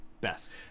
Best